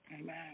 Amen